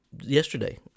yesterday